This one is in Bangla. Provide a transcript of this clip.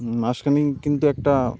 মাঝখানে কিন্তু একটা